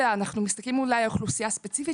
אנחנו מסתכלים אולי על אוכלוסייה ספציפית